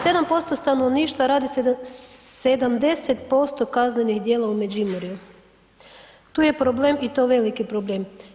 7% stanovništva radi 70% kaznenih djela u Međimurju, tu je problem i to veliki problem.